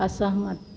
असहमत